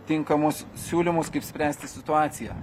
tinkamus siūlymus kaip spręsti situaciją